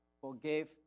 forgave